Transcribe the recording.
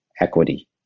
equity